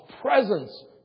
presence